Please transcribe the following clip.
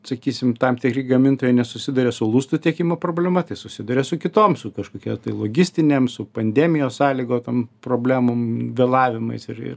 sakysim tam tikri gamintojai nesusiduria su lustų tiekimo problema tai susiduria su kitom su kažkokia tai logistinėm su pandemijos sąlygotom problemom vėlavimais ir ir